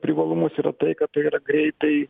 privalumas yra tai kad tai yra greitai